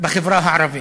בחברה הערבית.